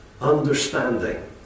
understanding